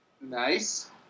Nice